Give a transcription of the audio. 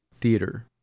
theater